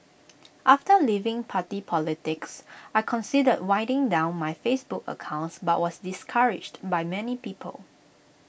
after leaving party politics I considered winding down my Facebook accounts but was discouraged by many people